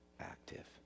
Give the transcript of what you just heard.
active